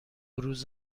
روز